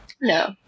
No